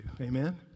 Amen